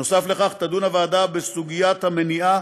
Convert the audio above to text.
בסוגיית המניעה